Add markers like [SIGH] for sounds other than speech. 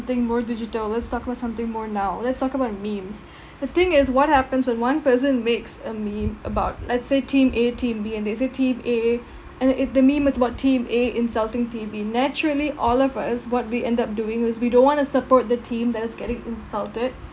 thing more digital let's talk about something more now let's talk about memes [BREATH] the thing is what happens when one person makes a meme about let's say team a team b and they said team a [BREATH] and it the meme is about team a insulting team b naturally all of us what we end up doing was we don't want to support the team that is getting insulted